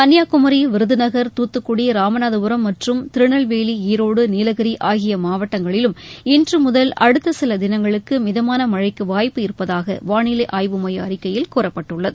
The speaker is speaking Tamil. கள்னியாகுமரி விருதுநகர் தூத்துக்குடி இராநாதபுரம் மற்றும் திருநெல்வேலி ஈரோடு நீலகிரி ஆகிய மாவட்டங்களிலும் இன்று முதல் அடுத்த சில தினங்களுக்கு மிதமான மழைக்கு வாய்ப்பு இருப்பதூக வானிலை ஆய்வு மைய அறிக்கையில் கூறப்பட்டுள்ளது